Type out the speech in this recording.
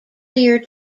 year